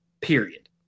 period